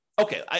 Okay